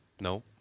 No